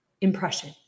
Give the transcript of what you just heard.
impression